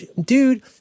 dude